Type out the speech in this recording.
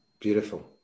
Beautiful